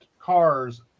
cars